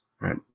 right